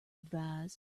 advise